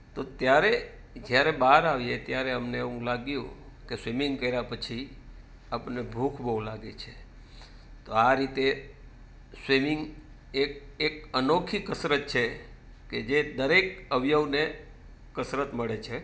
તો ત્યારે જ્યારે બહાર આવીએ ત્યારે અમને એવું લાગ્યું કે સ્વિમિંગ કર્યા પછી આપણને ભૂખ બહુ લાગે છે તો આ રીતે સ્વિમિંંગ એક એક અનોખી કસરત છે કે જે દરેક અવયવને કસરત મળે છે